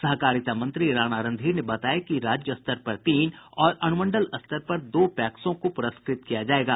सहकारिता मंत्री राणा रणधीर ने बताया कि राज्य स्तर पर तीन और अनुमंडल स्तर पर दो पैक्सों को पुरस्कृत किया जायेगा